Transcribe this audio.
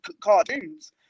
cartoons